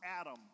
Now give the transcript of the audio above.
Adam